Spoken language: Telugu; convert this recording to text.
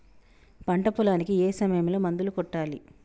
పంట పొలానికి ఏ సమయంలో మందులు కొట్టాలి?